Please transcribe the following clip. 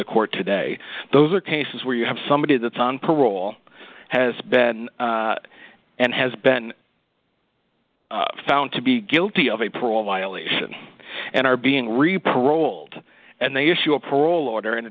the court today those are cases where you have somebody that's on parole has been and has been found to be guilty of april violation and are being reaper old and they use your parole order and